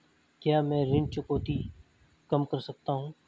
क्या मैं ऋण चुकौती कम कर सकता हूँ?